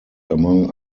among